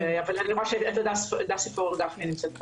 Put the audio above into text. אני רואה שהדס פורר גפני נמצאת בזום.